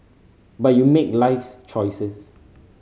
but you make life's choices